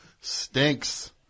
stinks